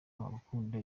abakunda